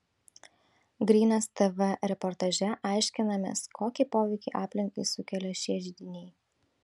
grynas tv reportaže aiškinamės kokį poveikį aplinkai sukelia šie židiniai